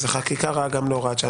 זו חקיקה רעה גם להוראת שעה.